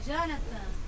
Jonathan